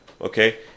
Okay